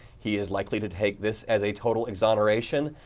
he is likely to take this as a total exoneration,